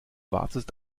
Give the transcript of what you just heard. wartest